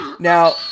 Now